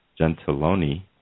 Gentiloni